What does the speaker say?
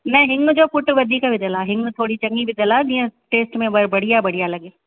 न हिङु जो फ़ुट वधीक विधल आहे हिङु थोरी चङी विधल आहे जीअं टेस्ट में व बढ़िया बढ़िया लॻे